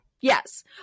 Yes